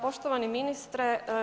Poštovani ministre.